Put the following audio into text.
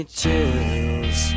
chills